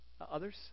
Others